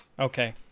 Okay